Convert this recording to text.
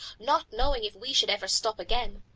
not knowing if we should ever stop again.